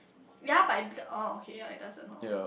ya but becau~ orh okay ya it doesn't lor